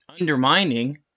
undermining